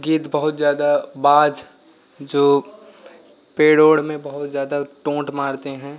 गिद्ध बहुत ज़्यादा बाज जो पेड़ ओड़ में बहुत ज़्यादा टोँट मारते हैं